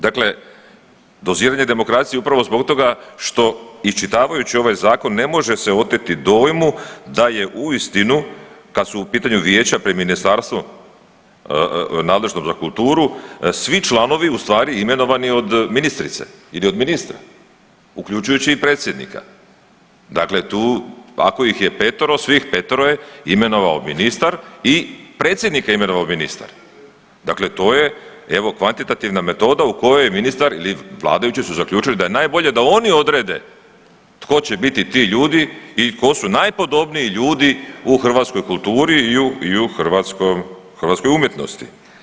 Dakle, dozivanje demokracije upravo zbog toga što iščitavajući ovaj zakon ne može se oteti dojmu da je uistinu kad su u pitanju vijeća pri ministarstvu nadležnom za kulturu svi članovi ustvari imenovani od ministrice ili od ministra uključujući i predsjednika, dakle tu ako ih je petero svih petero je imenovao ministar i predsjednika je imenova o ministar, dakle to je evo kvantitativna metoda u kojoj je ministar ili vladajući su zaključili da je najbolje da oni odrede tko će biti ti ljudi i tko su najpodobniji ljudi u hrvatskoj kulturi i u hrvatskoj umjetnosti.